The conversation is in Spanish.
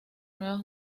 nuevas